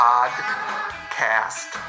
Podcast